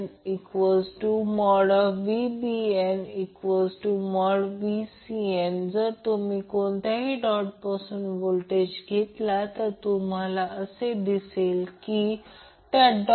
आणि P I 2 R म्हणूनच I 2 हे 25 2 आहे आणि हे 10 आहे म्हणजे ते RL1 0 Ω असेल ते 62